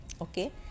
okay